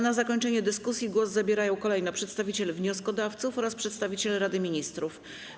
Na zakończenie dyskusji głos zabierają kolejno przedstawiciel wnioskodawców oraz przedstawiciele Rady Ministrów.